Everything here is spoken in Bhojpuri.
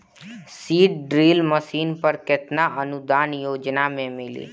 सीड ड्रिल मशीन पर केतना अनुदान योजना में मिली?